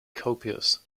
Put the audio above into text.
copious